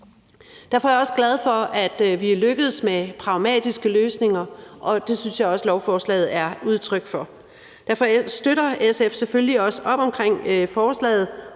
Derfor er jeg også glad for, at vi er lykkedes med pragmatiske løsninger, og det synes jeg også at lovforslaget er udtryk for. Derfor støtter SF selvfølgelig også op om forslaget,